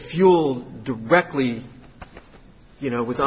fuel directly you know with